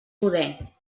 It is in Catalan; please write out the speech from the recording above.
poder